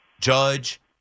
Judge